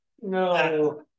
No